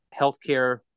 healthcare